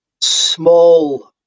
small